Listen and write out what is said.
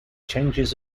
changes